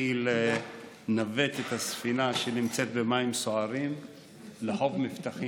הנתונים שציינתם מוכרים לזרוע העבודה במשרד העבודה,